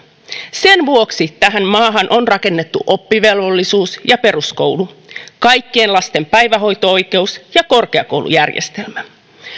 sen vuoksi tähän maahan on rakennettu oppivelvollisuus ja peruskoulu kaikkien lasten päivähoito oikeus ja korkeakoulujärjestelmä